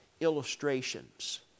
illustrations